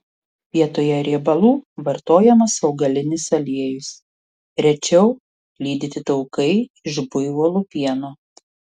vietoje riebalų vartojamas augalinis aliejus rečiau lydyti taukai iš buivolų pieno